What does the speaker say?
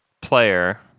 player